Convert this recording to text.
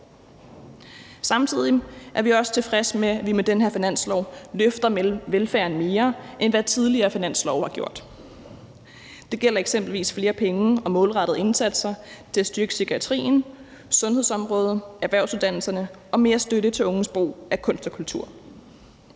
Samtidig er vi også tilfredse med, at vi med den her finanslov løfter velfærden mere, end hvad tidligere finanslove har gjort. Det gælder eksempelvis flere penge til og målrettede indsatser for at styrke psykiatrien, sundhedsområdet og erhvervsuddannelserne og mere støtte til unges brug af kunst og kultur.